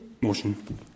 Motion